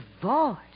Divorce